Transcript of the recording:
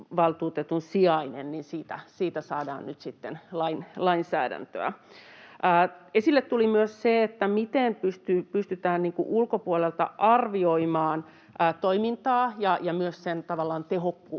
sijaisesta saadaan nyt lainsäädäntöä. Esille tuli myös se, että miten pystytään ulkopuolelta arvioimaan toimintaa ja tavallaan myös sen tehokkuutta.